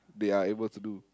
they are able to do